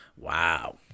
Wow